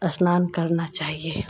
स्नान करना चाहिए